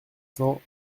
cents